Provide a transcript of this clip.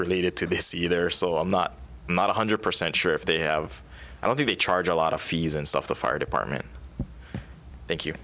related to this either so i'm not one hundred percent sure if they have i think they charge a lot of fees and stuff the fire department thank you